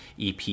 EP